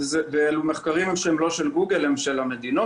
אלו מחקרים שהם לא של גוגל אלא של המדינות,